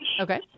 Okay